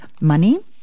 money